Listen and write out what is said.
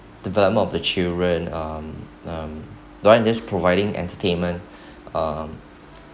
development of the children um um during this providing entertainment um